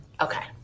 Okay